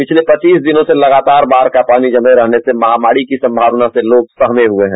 पिछले पचीस दिनो से लगातार बाढ़ का पानी जमे रहने से महामारी की संभावना से लोग सहमे हुए हैं